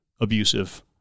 abusive